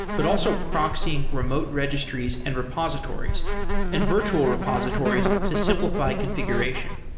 but also proxying remote registries and repositories and virtual repositories to simplify configuration.